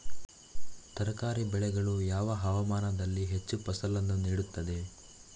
ತರಕಾರಿ ಬೆಳೆಗಳು ಯಾವ ಹವಾಮಾನದಲ್ಲಿ ಹೆಚ್ಚು ಫಸಲನ್ನು ನೀಡುತ್ತವೆ?